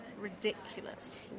ridiculous